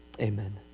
Amen